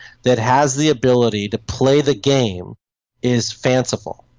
that has the ability to play the game is fanciful.